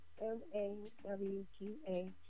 M-A-W-G-A